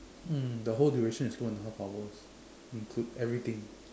mm the whole duration is two and a half hours include everything